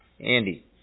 Andy